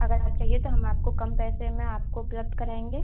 अगर आप कहिए तो हम आपको कम पैसे में आपको उपलब्ध कराएँगे